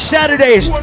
Saturdays